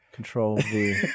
Control-V